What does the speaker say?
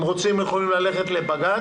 אם הם רוצים הם יכולים ללכת לבג"ץ.